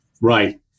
Right